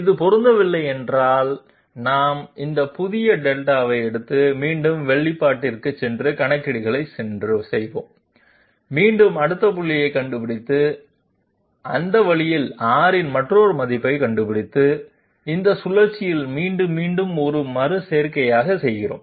அது பொருந்தவில்லை என்றால் நாம் இந்த புதிய δ ஐ எடுத்து மீண்டும் வெளிப்பாட்டிற்குச் சென்று கணக்கீடுகளுக்குச் சென்று மீண்டும் அடுத்த புள்ளியைக் கண்டுபிடித்து அந்த வழியில் R இன் மற்றொரு மதிப்பைக் கண்டுபிடித்து இந்த சுழற்சியில் மீண்டும் மீண்டும் ஒரு மறு செய்கையாக செல்கிறோம்